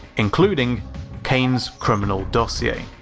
including kane's criminal dossier.